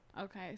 Okay